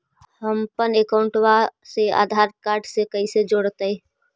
हमपन अकाउँटवा से आधार कार्ड से कइसे जोडैतै?